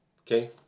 okay